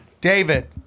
David